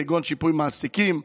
כגון שיפוי מעסיקים,